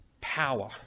power